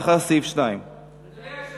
לאחר סעיף 2. אדוני היושב-ראש,